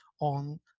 on